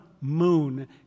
moon